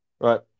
Right